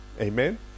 Amen